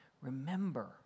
Remember